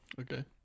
Okay